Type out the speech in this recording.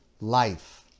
life